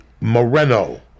Moreno